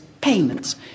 payments